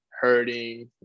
hurting